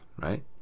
right